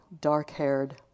dark-haired